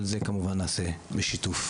אבל זה כמובן נעשה בשיתוף.